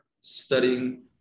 Studying